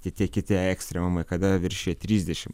kiti kiti ekstremumai kada viršija trisdešim